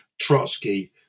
Trotsky